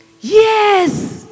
Yes